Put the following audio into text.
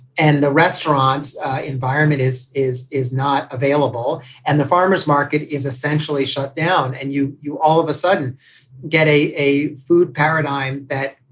and the restaurant environment is is is not available and the farmer's market is essentially shut down and you you all of a sudden get a a food paradigm that.